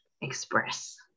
express